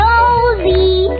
Rosie